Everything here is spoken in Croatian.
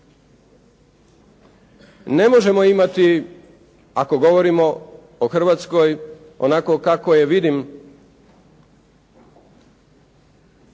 Ne možemo imati, ako govorimo o Hrvatskoj, onako kako je vidim,